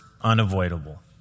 unavoidable